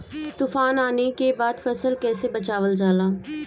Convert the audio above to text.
तुफान आने के बाद फसल कैसे बचावल जाला?